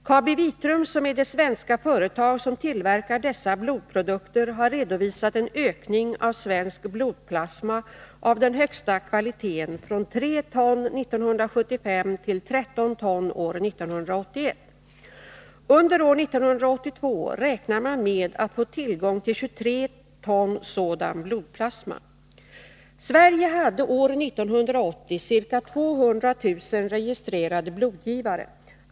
KabiVitrum, som är det svenska företag som tillverkar dessa blodprodukter, har redovisat en ökning av svensk blodplasma av den högsta kvaliteten från 3 ton år 1975 till 13 ton år 1981. Under år 1982 räknar man med att få tillgång till 23 ton sådan blodplasma. Sverige hade år 1980 ca 200 000 registrerade blodgivare.